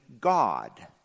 God